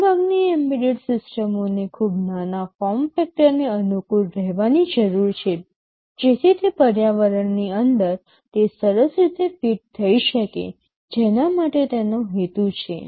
મોટા ભાગની એમ્બેડેડ સિસ્ટમોએ ખૂબ નાના ફોર્મ ફેક્ટરને અનુકૂળ રહેવાની જરૂર છે જેથી તે પર્યાવરણની અંદર તે સરસ રીતે ફિટ થઈ શકે જેના માટે તેનો હેતુ છે